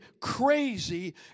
crazy